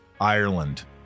ireland